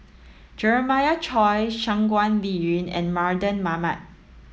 Jeremiah Choy Shangguan Liuyun and Mardan Mamat